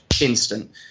instant